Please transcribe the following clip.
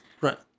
Right